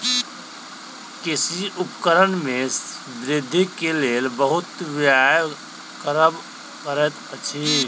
कृषि उपकरण में वृद्धि के लेल बहुत व्यय करअ पड़ैत अछि